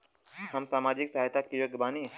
हम सामाजिक सहायता के योग्य बानी?